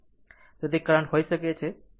તે કરંટ હોઈ શકે છે તે વોલ્ટેજ હોઈ શકે છે